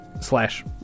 slash